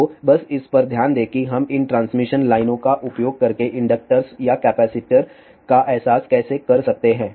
तो बस इस पर ध्यान दें कि हम इन ट्रांसमिशन लाइनों का उपयोग करके इंडक्टर्स या कैपेसिटर का एहसास कैसे कर सकते हैं